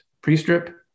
pre-strip